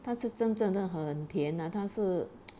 但是真正的很甜哪它是